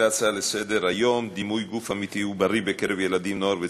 ההצעה להעביר את הנושא לוועדת הכספים נתקבלה.